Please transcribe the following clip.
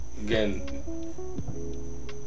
Again